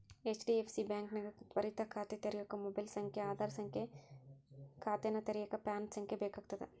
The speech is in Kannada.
ಹೆಚ್.ಡಿ.ಎಫ್.ಸಿ ಬಾಂಕ್ನ್ಯಾಗ ತ್ವರಿತ ಖಾತೆ ತೆರ್ಯೋಕ ಮೊಬೈಲ್ ಸಂಖ್ಯೆ ಆಧಾರ್ ಸಂಖ್ಯೆ ಖಾತೆನ ತೆರೆಯಕ ಪ್ಯಾನ್ ಸಂಖ್ಯೆ ಬೇಕಾಗ್ತದ